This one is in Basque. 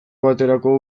baterako